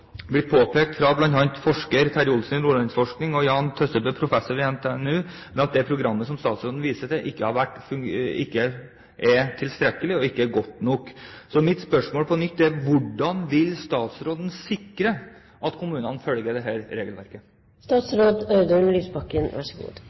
påpekt fra bl.a. forsker Terje Olsen i Nordlandsforskning og Jan Tøssebro, professor ved NTNU, at det programmet som statsråden viser til, ikke er tilstrekkelig og godt nok. Så mitt spørsmål blir på nytt: Hvordan vil statsråden sikre at kommunene følger regelverket? Det